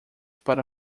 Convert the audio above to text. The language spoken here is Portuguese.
para